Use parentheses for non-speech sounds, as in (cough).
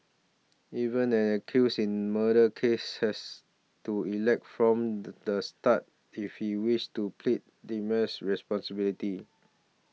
even an accused in murder case has to elect from the start if he wishes to plead (unintelligible) responsibility